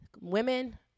women